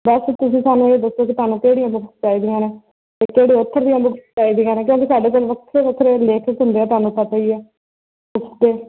ਬਸ ਤੁਸੀਂ ਸਾਨੂੰ ਇਹ ਦੱਸੋ ਕਿ ਤੁਹਾਨੂੰ ਕਿਹੜੀਆਂ ਬੁਕਸ ਚਾਹੀਦੀਆਂ ਨੇ ਅਤੇ ਕਿਹੜੇ ਆਥਰ ਦੀਆਂ ਬੁਕਸ ਚਾਹੀਦੀਆਂ ਨੇ ਕਿਉਂਕਿ ਸਾਡੇ ਕੋਲ ਵੱਖਰੇ ਵੱਖਰੇ ਲੇਖਕ ਹੁੰਦੇ ਆ ਤੁਹਾਨੂੰ ਪਤਾ ਹੀ ਆ ਬੁਕਸ ਦੇ